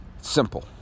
simple